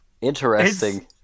Interesting